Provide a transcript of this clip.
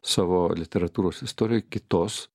savo literatūros istorijoj kitos